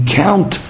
count